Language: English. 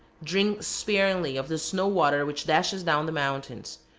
drink sparingly of the snow-water which dashes down the mountain.